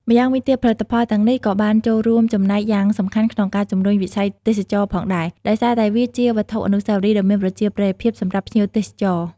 ម្យ៉ាងវិញទៀត ផលិតផលទាំងនេះក៏បានចូលរួមចំណែកយ៉ាងសំខាន់ក្នុងការ ជំរុញវិស័យទេសចរណ៍ ផងដែរ ដោយសារតែវាជាវត្ថុអនុស្សាវរីយ៍ដ៏មានប្រជាប្រិយភាពសម្រាប់ភ្ញៀវទេសចរ។